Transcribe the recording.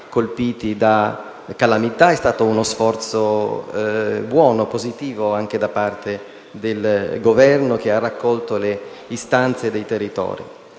colpiti da calamità. È stato uno sforzo buono e positivo anche da parte del Governo, che ha raccolto le istanze dei territori.